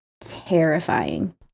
terrifying